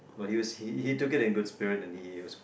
but he was he he took it in good spirit and he was